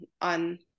on